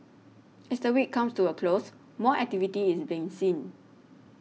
as the week comes to a close more activity is being seen